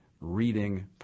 reading